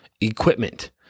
equipment